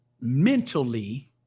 mentally